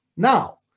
Now